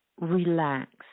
relax